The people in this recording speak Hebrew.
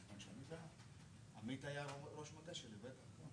דבר ובגלל זה לא הביאו את זה לדיון.